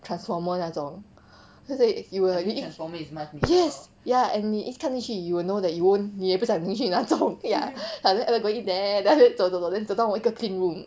transformer 那种她 say you already yes ya and 你一直看进去 you will know that you won't 你也不想进去那种 ya then after that I go in there then after that 走走走 then 走到一个我一个 fitting room